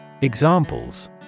Examples